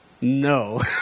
No